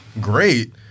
great